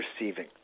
receiving